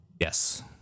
Yes